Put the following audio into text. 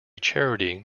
charity